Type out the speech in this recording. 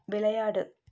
விளையாடு